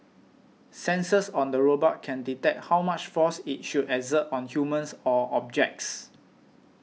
sensors on the robot can detect how much force it should exert on humans or objects